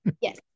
Yes